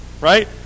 right